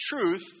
truth